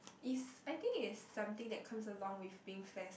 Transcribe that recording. is I think it's something that comes along with being fair